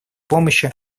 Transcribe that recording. помощи